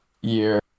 year